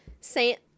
Saint